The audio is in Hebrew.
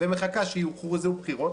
ומחכה שיוכרזו בחירות,